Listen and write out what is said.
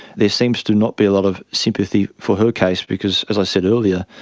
there seems to not be a lot of sympathy for her case because, as i said earlier,